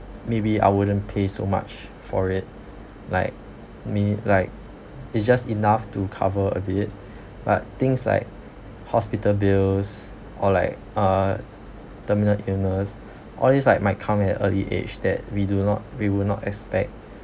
maybe I wouldn't pay so much for it like me like it just enough to cover a bit but things like hospital bills or like uh terminal illness all these like might come at early age that we do not we would not expect